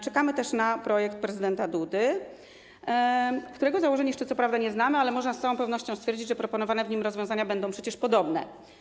Czekamy też na projekt prezydenta Dudy, którego założeń co prawda jeszcze nie znamy, ale można z całą pewnością stwierdzić, że proponowane w nim rozwiązania będą przecież podobne.